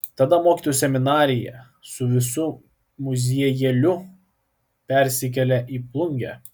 tada mokytojų seminarija su visu muziejėliu persikėlė į plungę